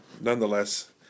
nonetheless